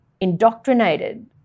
indoctrinated